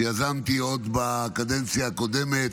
שיזמתי עוד בקדנציה הקודמת,